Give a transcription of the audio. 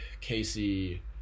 Casey